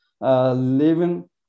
living